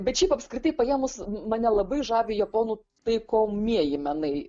bet šiaip apskritai paėmus mane labai žavi japonų taikomieji menai